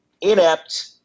inept